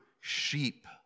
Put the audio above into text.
sheep